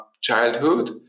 childhood